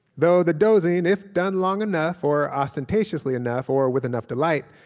though the dozing, if done long enough, or ostentatiously enough, or with enough delight,